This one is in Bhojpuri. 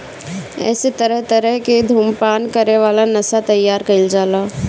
एसे तरह तरह के धुम्रपान करे वाला नशा तइयार कईल जाला